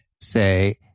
say